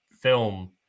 film